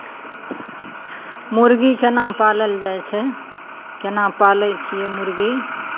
मुरगी केना पालल जाइ छै केना पालै छियै मुरगी